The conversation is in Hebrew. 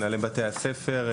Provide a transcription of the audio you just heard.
מנהלי בתי הספר,